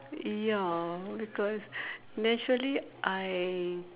ya because naturally I